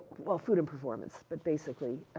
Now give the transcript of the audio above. well, food and performance. but basically.